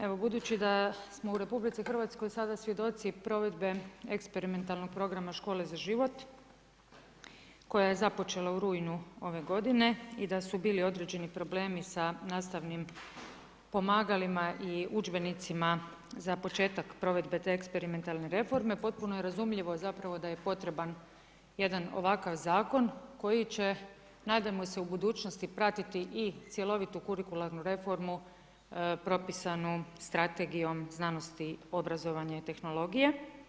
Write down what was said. Evo budući da smo u RH sada svjedoci provedbe eksperimentalnog programa Škole za život koja je započela u rujnu ove godine i da su bili određeni problemi sa nastavnim pomagalima i udžbenicima za početak provedbe te eksperimentalne reforme, potpuno je razumljivo zapravo da je potreban jedan ovakav zakon koji će nadajmo se u budućnosti pratiti i cjelovitu kurikularnu reformu propisanu Strategijom znanosti, obrazovanja i tehnologije.